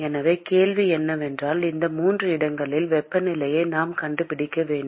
எனவே கேள்வி என்னவென்றால் இந்த 3 இடங்களின் வெப்பநிலையை நாம் கண்டுபிடிக்க வேண்டும்